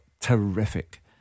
terrific